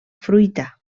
fruita